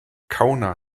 litauen